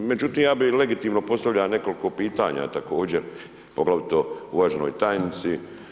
Međutim ja bi legitimo postavlja nekoliko pitanja također poglavito uvaženoj tajnici.